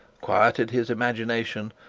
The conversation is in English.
quieted his imagination,